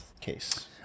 case